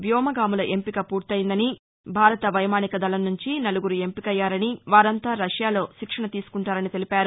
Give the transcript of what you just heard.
వ్యోమగాముల ఎంపిక పూర్తి అయ్యిందని భారత వైమానిక దళం నుంచి నలుగురు ఎంపికయ్యారని వారంతా రష్యాలో శిక్షణ తీసుకుంటారని తెలిపారు